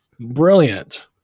brilliant